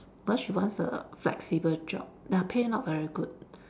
because she wants a flexible job ya pay not very good